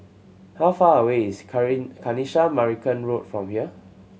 how far away is Kanisha Marican Road from here